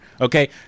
Okay